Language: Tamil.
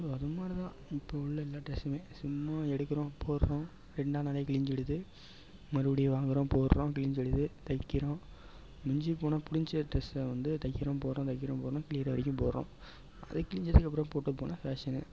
ஸோ அது மாதிரி தான் இப்போ உள்ள எல்லா ட்ரெஸ்ஸுமே சும்மா எடுக்கிறோம் போடுறோம் ரெண்டாம் நாளே கிழிஞ்சிடுது மறுபடியும் வாங்குகிறோம் போடுறோம் கிழிஞ்சிடுது தைக்கிறோம் மிஞ்சி போனால் பிடிச்ச ட்ரெஸ்ஸை வந்து தைக்கிறோம் போடுறோம் தைக்கிறோம் போட்டுறோம் கிழியிற வரைக்கும் போடுறோம் அது கிழிஞ்சதுக்கு அப்பறம் போட்டு போனால் ஃபேஷன்னு